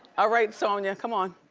ah right, sonya, come on.